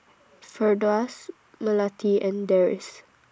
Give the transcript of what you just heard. Firdaus Melati and Deris